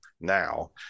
now